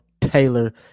Taylor